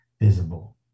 visible